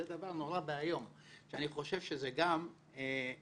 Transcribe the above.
זה דבר נורא ואיום שאני חושב שזה גם כמעט